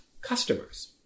customers